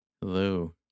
Hello